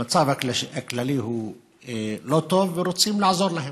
המצב הכללי הוא לא טוב ורוצים לעזור להם.